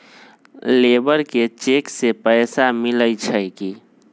Labour के cheque से पैसा मिलई छई कि?